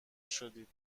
شدید